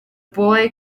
boy